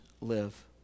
live